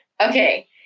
Okay